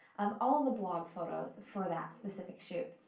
of all the blog photos for that specific shoot.